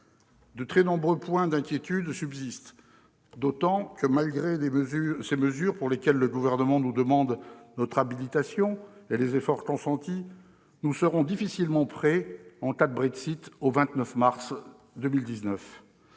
De très nombreux points d'inquiétude subsistent, d'autant que, malgré ces mesures pour lesquelles le Gouvernement nous demande notre habilitation, malgré les efforts consentis, nous serons difficilement prêts, en cas de Brexit, le 29 mars 2019.